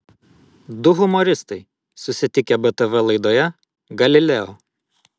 du humoristai susitikę btv laidoje galileo